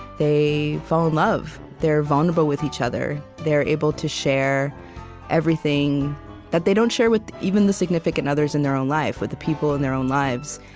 they fall in love. they're vulnerable with each other. they're able to share everything that they don't share with even the significant others in their own life, with the people in their own lives.